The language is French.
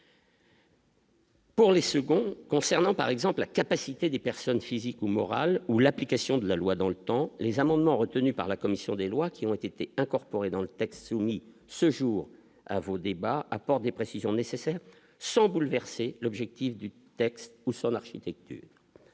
Pour les seconds, concernant par exemple la capacité des personnes physiques ou morales ou l'application de la loi dans le temps les amendements retenus par la commission des lois qui ont été incorporées dans le texte soumis ce jour à vos débats, apporte des précisions nécessaires sans bouleverser l'objectif du texte ou sur l'architecture